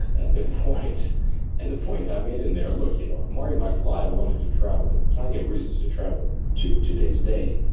and the point and the point i made in there, look. you know if marty mcfly wanted to travel, there are plenty of reasons to travel to today's day.